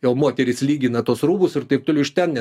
jau moteris lygina tuos rūbus ir taip toliau iš ten net